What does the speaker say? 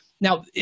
Now